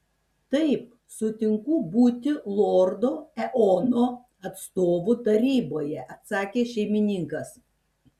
taip sutinku būti lordo eono atstovu taryboje atsakė šeimininkas